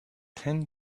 ten